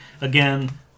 again